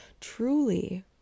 truly